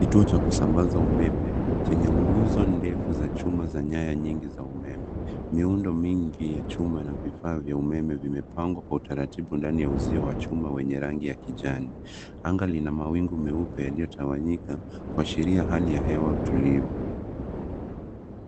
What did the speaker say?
Kituo cha kusambaza umeme chenye nguzo ndefu za chuma za nyaya nyingi za umeme. Miundo mingi ya chuma ina vifaa vya umeme vimepangwa kwa utaratibu ndani ya uzio wa chuma wenye rangi ya kijani. Anga lina mawingu meupe yaliyotawanyika kuashiria hali ya hewa tulivu.